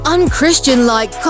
Unchristian-like